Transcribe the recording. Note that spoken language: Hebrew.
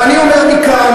ואני אומר מכאן,